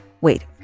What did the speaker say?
Wait